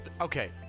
Okay